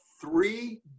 three